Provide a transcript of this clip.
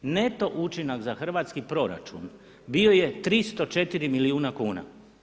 Neto učinak za hrvatski proračun bio je 304 milijuna kuna.